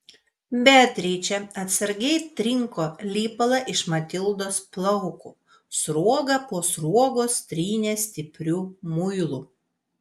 beatričė atsargiai trinko lipalą iš matildos plaukų sruogą po sruogos trynė stipriu muilu